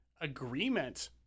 agreement